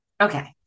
Okay